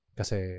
kasi